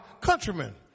countrymen